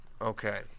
Okay